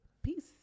Peace